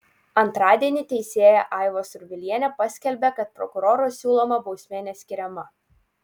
antradienį teisėja aiva survilienė paskelbė kad prokuroro siūloma bausmė neskiriama